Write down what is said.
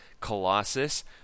Colossus